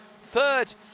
third